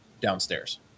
downstairs